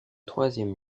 troisième